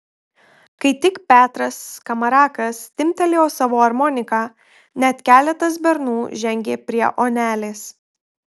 kai tik petras skamarakas timptelėjo savo armoniką net keletas bernų žengė prie onelės